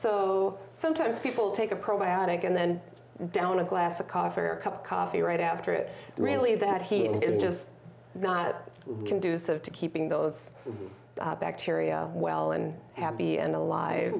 so sometimes people take a pro adek and then down a glass of coffee or a cup of coffee right after it really that he is just not conducive to keeping those bacteria well and happy and alive